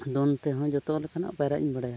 ᱫᱚᱱ ᱛᱮᱦᱚᱸ ᱡᱚᱛᱚ ᱞᱮᱠᱟᱱᱟᱜ ᱯᱟᱭᱨᱟᱜ ᱤᱧ ᱵᱟᱰᱟᱭᱟ